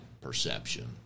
perception